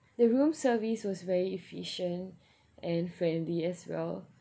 the room service was very efficient and friendly as well